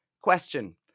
Question